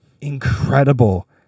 incredible